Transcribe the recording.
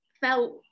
felt